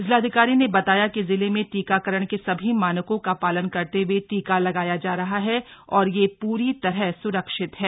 जिलाधिकारी ने बताया कि जिले में टीकाकरण के सभी मानको का पालन करते हुए टीका लगाया जा रहा है और यह पूरी तरह सुरक्षित है